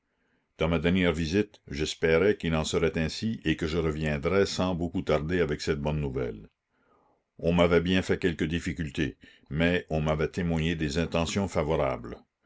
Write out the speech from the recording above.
dans ma dernière visite j'espérais qu'il en serait ainsi et que je reviendrais sans beaucoup tarder avec cette bonne nouvelle on m'avait bien fait quelques difficultés mais on m'avait témoigné des intentions favorables